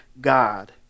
God